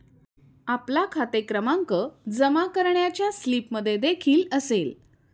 आपला खाते क्रमांक जमा करण्याच्या स्लिपमध्येदेखील असेल